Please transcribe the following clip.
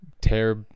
tear